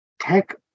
tech